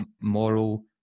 moral